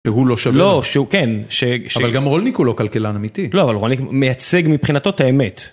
שהוא לא שווה. לא, שהוא כן. אבל גם רולניק הוא לא כלכלן אמיתי. לא אבל רולניק מייצג מבחינתו את האמת.